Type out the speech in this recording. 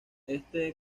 éste